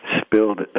spilled